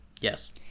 Yes